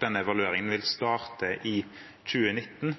denne evalueringen vil starte i 2019.